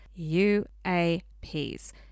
UAPs